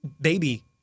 baby